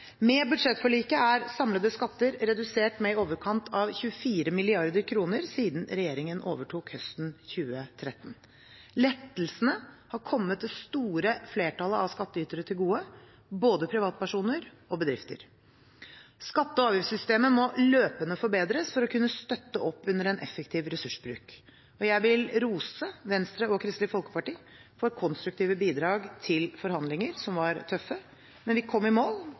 Med budsjettforliket er samlede skatter redusert med i overkant av 24 mrd. kr siden regjeringen overtok høsten 2013. Lettelsene har kommet det store flertallet av skattytere til gode, både privatpersoner og bedrifter. Skatte- og avgiftssystemet må løpende forbedres for å kunne støtte opp under en effektiv ressursbruk. Jeg vil rose Venstre og Kristelig Folkeparti for konstruktive bidrag til forhandlinger som var tøffe. Men vi kom i mål